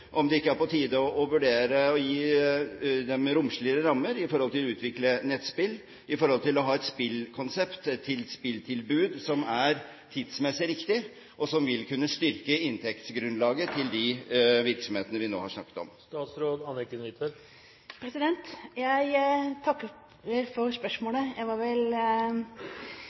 om det ikke er på tide å vurdere å gi dem romsligere rammer for å utvikle nettspill, for å ha et spillkonsept for spilltilbud som er tidsmessig riktig, og som vil kunne styrke inntektsgrunnlaget til de virksomhetene vi nå har snakket om. Jeg takker for spørsmålet. Det var vel